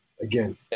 again